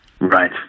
right